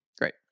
Great